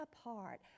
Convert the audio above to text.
apart